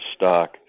stock